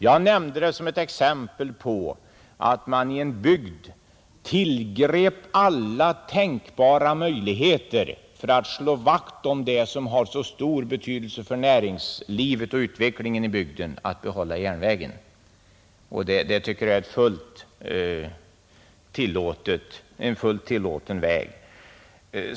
Jag nämnde det som ett exempel på att man i en glesbygd tillgrep alla tänkbara möjligheter för att slå vakt om det som har så stor betydelse för näringslivet och utvecklingen i bygden — att behålla järnvägen. Det tycker jag är en fullt tillåtlig väg.